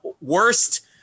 Worst